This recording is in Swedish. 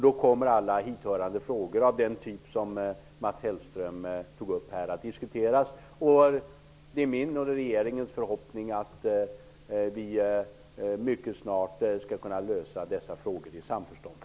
Då kommer alla hithörande frågor av den typ som Mats Hellström tog upp att diskuteras. Det är min och regeringens förhoppning att vi mycket snart skall kunna lösa dessa frågor i samförstånd.